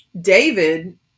David